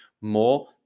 more